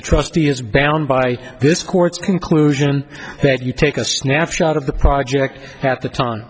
the trustee is bound by this court's conclusion that you take a snapshot of the project at the time